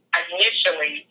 initially